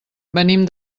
venim